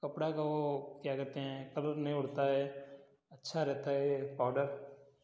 कपड़ा का वो क्या कहते हैं कलर नहीं उड़ता है अच्छा रहता है